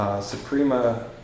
Suprema